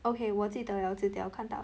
okay 我记得了我记得了我看到